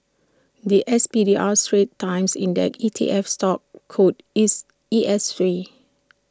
The S P D R straits times index E T F stock code is E S Three